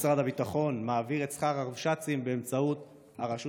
משרד הביטחון מעביר את שכר הרבש"צים באמצעות הרשות